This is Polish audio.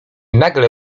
nagle